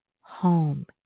home